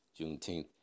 Juneteenth